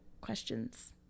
questions